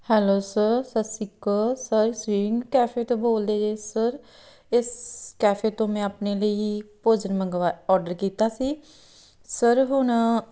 hello sir ਸਤਿ ਸ਼੍ਰੀ ਅਕਾਲ ਸਰ ਸਵਿੰਗ ਕੈਫੇ ਤੋਂ ਬੋਲਦੇ ਜੇ ਸਰ ਇਸ ਕੈਫੇ ਤੋਂ ਮੈਂ ਆਪਣੇ ਲਈ ਭੋਜਨ ਮੰਗਵਾ ਔਡਰ ਕੀਤਾ ਸੀ ਸਰ ਹੁਣ